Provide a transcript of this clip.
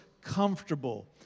comfortable